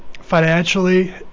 financially